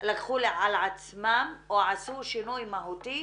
לקחו על עצמם או עשו שינוי מהותי